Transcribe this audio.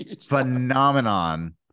phenomenon